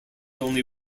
only